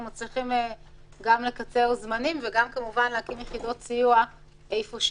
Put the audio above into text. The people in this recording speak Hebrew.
מצליחים גם לקצר זמנים וגם כמובן להקים יחידות סיוע איפה שאין.